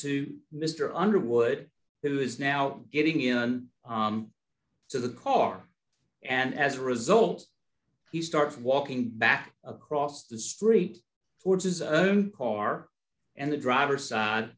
to mr underwood who is now getting in to the car and as a result he starts walking back across the street towards his car and the driver side